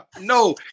No